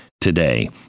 today